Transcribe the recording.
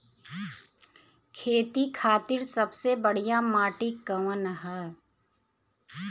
खेती खातिर सबसे बढ़िया माटी कवन ह?